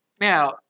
Now